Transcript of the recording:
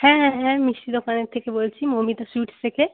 হ্যাঁ হ্যাঁ মিষ্টির দোকানের থেকে বলছি মৌমিতা সুইটস থেকে